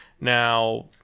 Now